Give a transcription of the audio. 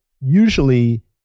usually